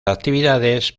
actividades